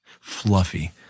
fluffy